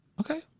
Okay